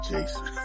Jason